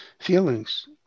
feelings